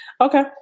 Okay